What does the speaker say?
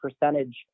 percentage